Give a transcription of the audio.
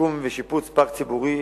שוקם ושופץ פארק ציבורי